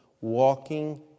walking